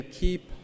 keep